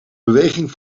beweging